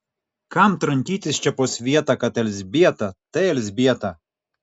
kam trankytis čia po svietą kad elzbieta tai elzbieta